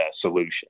solution